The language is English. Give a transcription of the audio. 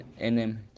NM